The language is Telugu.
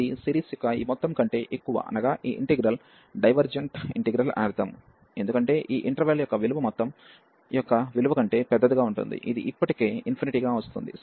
ఇది సిరీస్ యొక్క ఈ మొత్తం కంటే ఎక్కువ అనగా ఈ ఇంటిగ్రల్ డైవెర్జెంట్ ఇంటిగ్రల్ అని అర్థం ఎందుకంటే ఈ ఇంటర్వెల్ యొక్క విలువ మొత్తం యొక్క విలువ కంటే పెద్దదిగా ఉంటుంది ఇది ఇప్పటికే గా వస్తోంది